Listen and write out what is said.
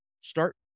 start